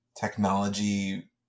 Technology